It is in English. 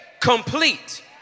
Complete